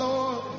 Lord